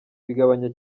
bigabanya